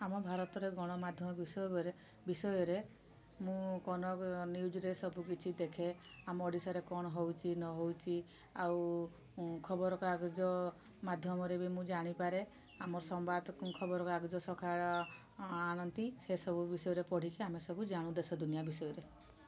ଆମ ଭାରତରେ ଗଣମାଧ୍ୟମ ବିଷବରେ ବିଷୟରେ ମୁଁ କନକ ନ୍ୟୁଜ୍ରେ ସବୁ କିଛି ଦେଖେ ଆମ ଓଡ଼ିଶାରେ କଣ ହେଉଛି ନ ହେଉଛି ଆଉ ଖବର କାଗଜ ମାଧ୍ୟମରେ ବି ମୁଁ ଜାଣିପାରେ ଆମର ସମ୍ବାଦ ଖବର କାଗଜ ସକାଳୁ ଆଣନ୍ତି ସେ ସବୁ ବିଷୟରେ ପଢ଼ିକି ଆମେ ସବୁ ଜାଣୁ ଦେଶ ଦୁନିଆ ବିଷୟରେ